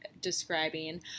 describing